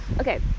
okay